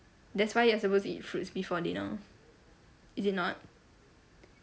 that's why you're supposed to eat fruits before dinner is it not